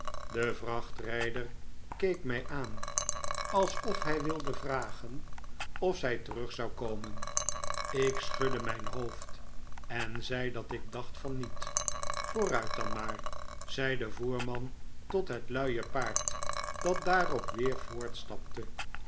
de vrachtrijder keek mij aan alsof hij wilde vragen of zij terug zou komen ik schudde mijn hoofd en zei dat ik dacht van niet vooruit dan maar zei de voerman tot het luie paard dat daarop weer